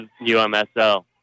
UMSL